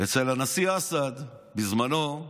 אצל הנשיא אסד בזמנו,